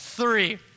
Three